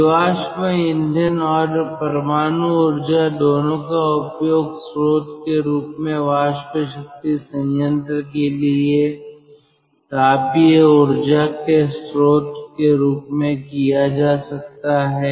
जीवाश्म ईंधन और परमाणु ऊर्जा दोनों का उपयोग स्रोत के रूप में वाष्प शक्ति संयंत्र के लिए तापीय ऊर्जा के स्रोत के रूप में किया जा सकता है